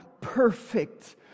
perfect